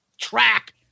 track